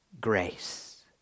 grace